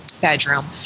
bedroom